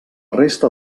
resta